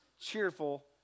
cheerful